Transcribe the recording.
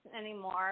anymore